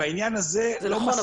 זה נכון,